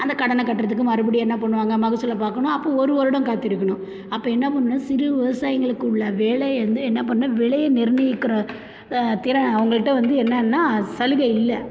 அந்த கடனை கட்டுறதுக்கு மறுபடி என்ன பண்ணுவாங்க மகசூலை பார்க்கணும் அப்போது ஒரு வருடம் காத்திருக்கணும் அப்போது என்ன பண்ணணுனா சிறு விவசாயிங்களுக்கு உள்ள வேலையை வந்து என்ன பண்ண விலையை நிர்ணயிக்கிற திறன் அவங்கள்ட்ட வந்து என்னென்ன சலுகை இல்லை